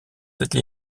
cette